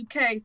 UK